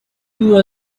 two